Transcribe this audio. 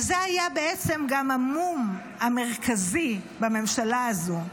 וזה היה בעצם גם המום המרכזי בממשלה הזו,